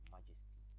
Majesty